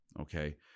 okay